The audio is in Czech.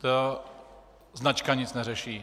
Ta značka nic neřeší.